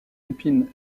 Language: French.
épines